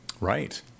Right